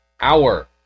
hour